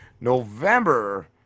November